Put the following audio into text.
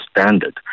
standard